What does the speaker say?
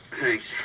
Thanks